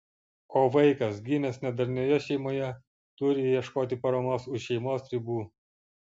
o vaikas gimęs nedarnioje šeimoje turi ieškoti paramos už šeimos ribų